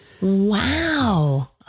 Wow